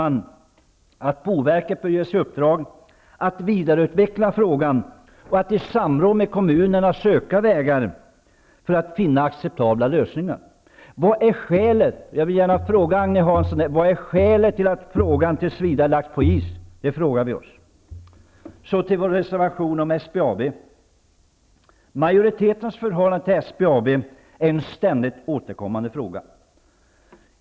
Vi tycker att boverket bör ges i uppdrag att vidareutveckla frågan och att i samråd med kommunerna söka vägar för att finna acceptabla lösningar. Jag vill fråga Agne Hansson: Vad är skälet till att frågan tills vidare har lagts på is? Så till vår reservation om SBAB. Majoritetens förhållande till SBAB är en ständigt återkommande fråga.